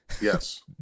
Yes